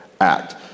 act